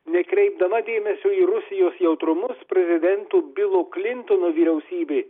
nekreipdama dėmesio į rusijos jautrumus prezidento bilo klintono vyriausybė